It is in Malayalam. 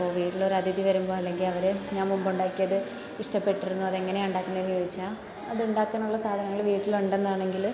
അപ്പോൾ വീട്ടിൽ ഒരു അതിഥി വരുമ്പോൾ അല്ലെങ്കിൽ അവർ ഞാൻ മുമ്പുണ്ടാക്കിയത് ഇഷ്ടപ്പെട്ടിരുന്നു അതെങ്ങനെയാണ് ഉണ്ടാക്കുന്നതെന്ന് ചോദിച്ചാൽ അതുണ്ടാക്കാനുള്ള സാധനങ്ങൾ വീട്ടിൽ ഉണ്ടെന്നാണെങ്കിൽ